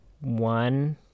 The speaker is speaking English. one